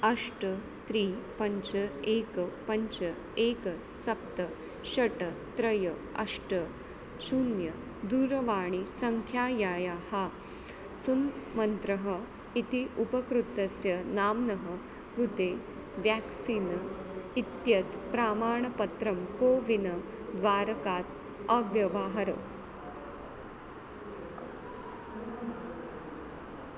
अष्ट त्रीणि पञ्च एकं पञ्च एकं सप्त षट् त्रीणि अष्ट शून्यं दूरवाणीसङ्ख्यायाः सुमन्त्रः इति उपकृतस्य नाम्नः कृते व्याक्सीन् इत्येतत् प्रामाणपत्रं कोविन् द्वारकात् अवाहर